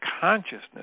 consciousness